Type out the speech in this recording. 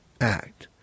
act